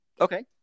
Okay